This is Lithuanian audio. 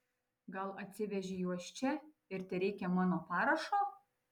gal atsivežei juos čia ir tereikia mano parašo